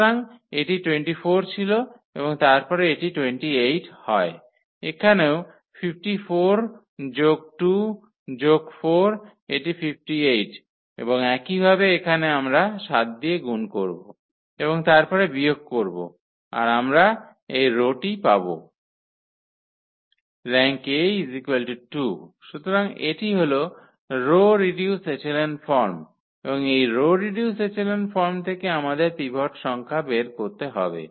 সুতরাং এটি 24 ছিল এবং তারপরে এটি 28 হয় এখানেও 54 যোগ 2 যোগ 4 এটি 58 এবং একইভাবে এখানে আমরা 7 দিয়ে গুণ করব এবং তারপরে বিয়োগ করব আর আমরা এই রো টি পাব ⇒ Rank𝐴 2 সুতরাং এটি হল রো রিডিউসড এচেলন ফর্ম এবং এই রো রিডিউসড এচেলন ফর্ম থেকে আমাদের পিভট সংখ্যা বের করতে হবে